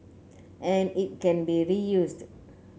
and it can be reused